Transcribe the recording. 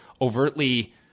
overtly